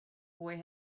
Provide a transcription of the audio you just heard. boy